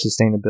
sustainability